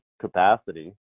capacity